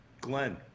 Glenn